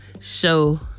show